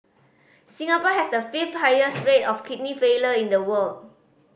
Singapore has the fifth highest rate of kidney failure in the world